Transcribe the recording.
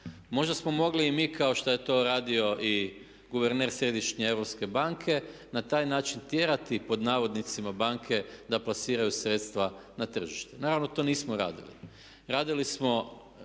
možda smo mogli i mi kao što je to radio i guverner središnje Europske banke na taj način tjerati pod navodnicima banke da plasiraju sredstva na tržište. Naravno, to nismo radili.